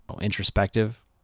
introspective